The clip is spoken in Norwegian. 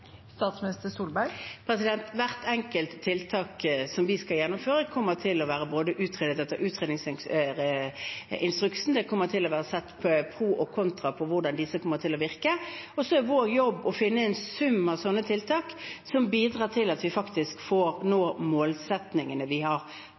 Hvert enkelt tiltak som vi skal gjennomføre, kommer til å være utredet etter utredningsinstruksen. Det kommer til å være vurdert pro og contra hvordan disse kommer til å virke, og så er vår jobb å finne en sum av slike tiltak som bidrar til at vi faktisk